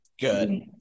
Good